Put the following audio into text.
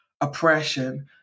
oppression